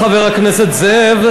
חבר הכנסת זאב,